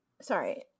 sorry